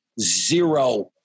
zero